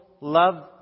love